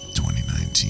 2019